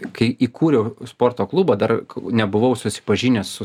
kai įkūriau sporto klubą dar nebuvau susipažinęs su